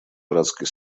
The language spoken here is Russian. братской